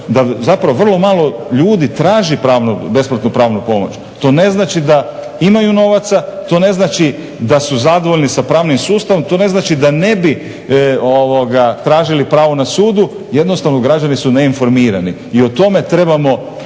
zapravo vrlo malo ljudi traži pravnu, besplatnu pravnu pomoć. To ne znači da imaju novaca, to ne znači da su zadovoljni sa pravnim sustavom, to ne znači da ne bi tražili pravo na sudu. Jednostavno građani su neinformirani. I o tome trebamo